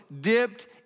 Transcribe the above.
dipped